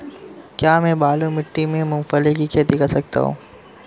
क्या मैं बालू मिट्टी में मूंगफली की खेती कर सकता हूँ?